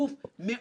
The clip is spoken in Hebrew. זו ההזדמנות,